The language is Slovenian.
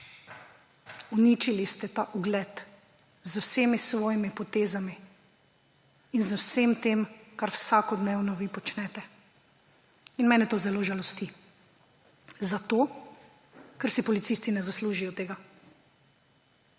Uničili ste ta ugled, z vsemi svojimi potezami in z vsem tem, kar vsakodnevno vi počnete. In mene to zelo žalosti, ker si policisti ne zaslužijo tega,